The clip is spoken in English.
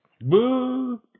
Boo